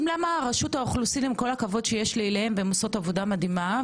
עם כל הכבוד שיש לי לרשות האוכלוסין שעושה עבודה מדהימה,